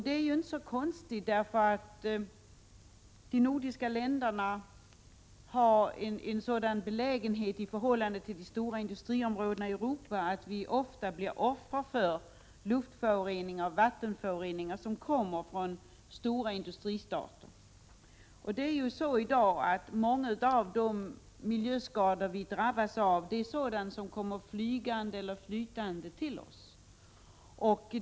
Det är inte så konstigt med tanke på de nordiska ländernas belägenhet i förhållande till de stora industriområdena i Europa. Vi blir ofta offer för luftföroreningar och vattenföroreningar från stora industristater. Många av de miljöskador som vi drabbas av i dag förorsakas av föroreningar som kommer flygande eller flytande till oss.